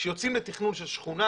כשיוצאים לתכנון של שכונה,